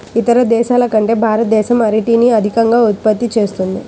ఇతర దేశాల కంటే భారతదేశం అరటిని అత్యధికంగా ఉత్పత్తి చేస్తుంది